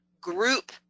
group